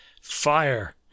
fire